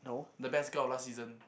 the best girl of last season